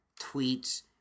tweets